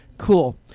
cool